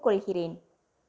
ஒப்புக்கொள்கிறேன்